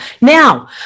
Now